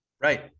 Right